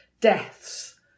deaths